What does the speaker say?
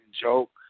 joke